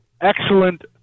excellent –